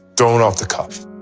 darn off the cuff.